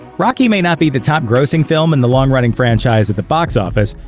rocky may not be the top grossing film in the long-running franchise at the box office,